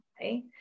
Okay